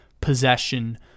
possession